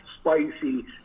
spicy